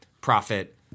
profit